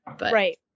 right